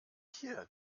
hier